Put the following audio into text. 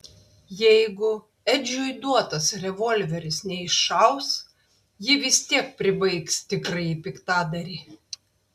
jeigu edžiui duotas revolveris neiššaus ji vis tiek pribaigs tikrąjį piktadarį